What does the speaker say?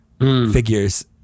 figures